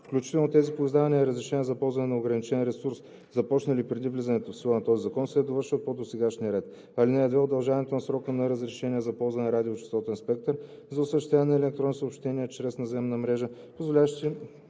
включително тези по издаване на разрешения за ползване на ограничен ресурс, започнали преди влизането в сила на този закон, се довършват по досегашния ред. (2) Удължаване на срока на разрешение за ползване на радиочестотен спектър за осъществяване на електронни съобщения чрез наземна мрежа,